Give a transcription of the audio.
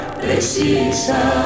precisa